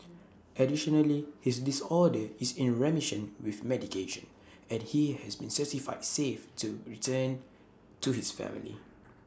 additionally his disorder is in remission with medication and he has been certified safe to be returned to his family